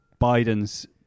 Biden's